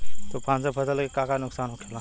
तूफान से फसल के का नुकसान हो खेला?